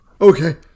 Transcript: okay